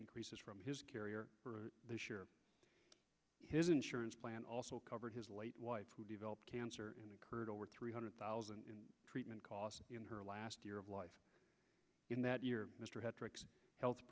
increases from his carrier for this year his insurance plan also covered his late wife who developed cancer incurred over three hundred thousand in treatment costs in her last year of life in that year mr had tricked health